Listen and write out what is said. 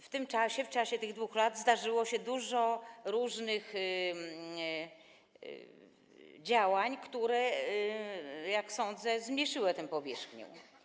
W tym czasie, w czasie tych 2 lat zdarzyło się dużo różnych działań, które, jak sądzę, zmniejszyły tę powierzchnię.